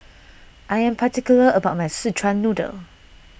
I am particular about my Szechuan Noodle